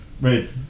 Right